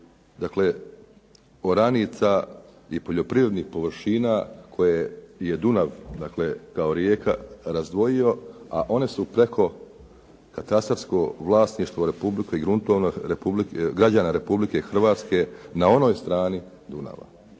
hektara oranica i poljoprivrednih površina koje je Dunav kao rijeka razdvojio a one su preko katastarsko vlasništvo i gruntovno građana Republike Hrvatske na onoj strani Dunava.